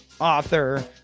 author